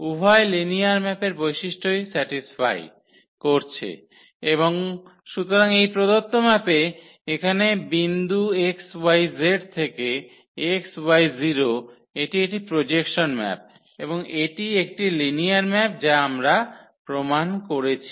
উভয় লিনিয়ার ম্যাপের বৈশিষ্ট্যই স্যাটিস্ফাই করছে এবং সুতরাং এই প্রদত্ত ম্যাপে এখানে বিন্দু xyz থেকে xy0 এটি একটি প্রজেকসন ম্যাপ এবং এটি একটি লিনিয়ার ম্যাপ যা আমরা প্রমাণ করেছি